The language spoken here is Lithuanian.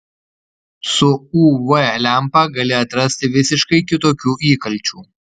su uv lempa gali atrasti visiškai kitokių įkalčių